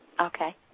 Okay